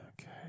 Okay